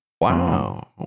Wow